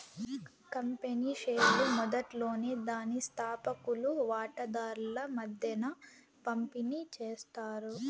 company షేర్లు మొదట్లోనే దాని స్తాపకులు వాటాదార్ల మద్దేన పంపిణీ చేస్తారు